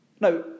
Now